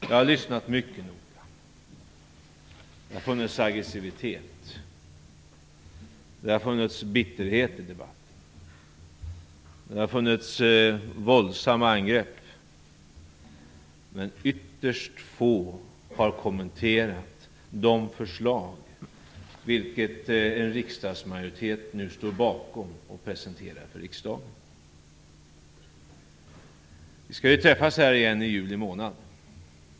Jag har lyssnat mycket noga. Det har funnits aggressivitet, och det har funnits bitterhet i debatten. Det har funnits våldsamma angrepp, men ytterst få har kommenterat de förslag som en riksdagsmajoritet nu står bakom och presenterar för riksdagen. Vi skall ju träffas här igen i juli månad.